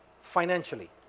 financially